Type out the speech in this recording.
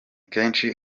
kenshi